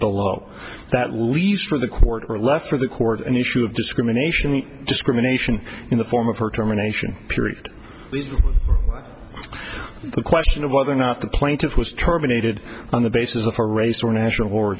a lot that leaves for the court or left for the court an issue of discrimination discrimination in the form of her terminations period the question of whether or not the plaintiff was terminated on the basis of her race or national or